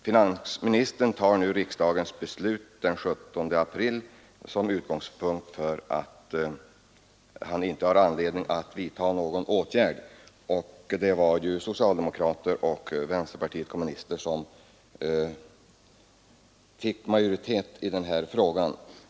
Finansministern tar nu riksdagens beslut den 17 april som utgångspunkt för att uttala att han inte har anledning att vidta någon åtgärd. Det var socialdemokraterna och vänsterpartiet kommunisterna som med en röst fick majoritet den 17 april.